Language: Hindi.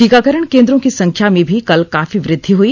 टीकाकरण केंद्रो की संख्या में भी कल कोंफी वृद्धि हई